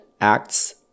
acts